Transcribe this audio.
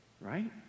right